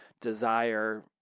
desire